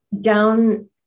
down